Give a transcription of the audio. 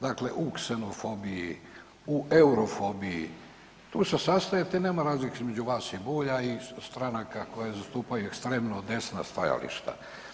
Dakle, u ksenofobiji, u eurofobiji tu se sastajete i nema razlike između vas i … stranka koje zastupaju ekstremno desna stajališta.